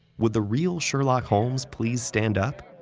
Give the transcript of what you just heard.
would the real sherlock holmes please stand up?